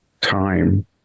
time